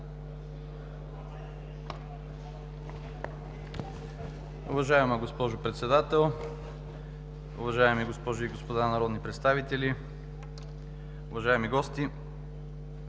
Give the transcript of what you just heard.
Уважаема госпожо Председател, уважаеми дами и господа народни представители, уважаеми господин